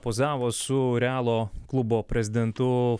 pozavo su realo klubo prezidentu